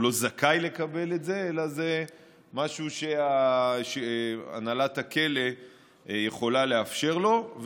הוא לא זכאי לקבל את זה אלא זה משהו שהנהלת הכלא יכולה לאפשר לו.